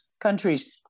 countries